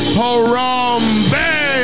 harambe